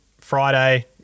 Friday